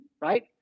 right